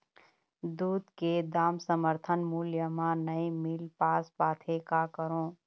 दूध के दाम समर्थन मूल्य म नई मील पास पाथे, का करों?